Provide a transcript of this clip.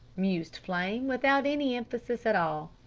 mused flame without any emphasis at all.